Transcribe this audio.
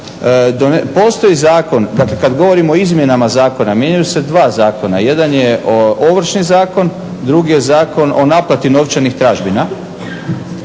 Postoji zakon, dakle kad govorimo o izmjenama zakona mijenjaju se dva zakona. Jedan je Ovršni zakon, drugi je Zakon o naplati novčanih tražbina